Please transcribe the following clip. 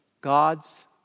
God's